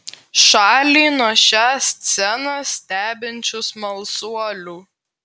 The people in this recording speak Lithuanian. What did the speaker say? šalį nuo šią sceną stebinčių smalsuolių